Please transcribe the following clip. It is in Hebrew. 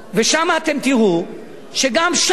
ואתם תראו שגם שם,